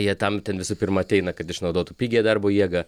jie tam ten visų pirma ateina kad išnaudotų pigią darbo jėgą